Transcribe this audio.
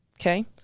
okay